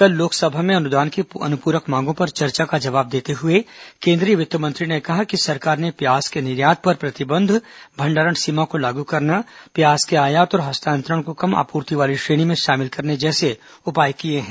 कल लोकसभा में अनुदान की अनुपूरक मांगों पर चर्चा का जवाब देते हुए केन्द्रीय वित्त मंत्री ने कहा कि सरकार ने प्याज के निर्यात पर प्रतिबंध भंडारण सीमा को लागू करना प्याज के आयात और हस्तांतरण को कम आपूर्ति वाली श्रेणी में शामिल करने जैसे उपाय किए हैं